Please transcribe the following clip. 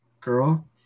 girl